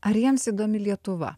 ar jiems įdomi lietuva